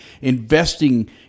investing